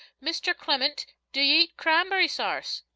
mr. clement, do you eat cramb'ry sarse?